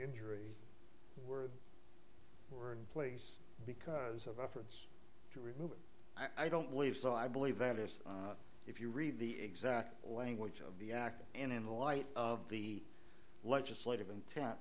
injury were were in place because of efforts to remove it i don't believe so i believe that is if you read the exact language of the act and in light of the legislative intent